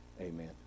amen